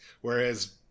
Whereas